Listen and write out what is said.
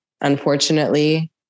unfortunately